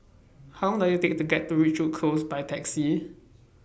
How Long Does IT Take to get to Ridgewood Close By Taxi